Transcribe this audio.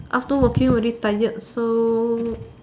after working very tired so